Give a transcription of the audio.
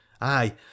Aye